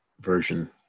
version